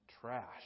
trash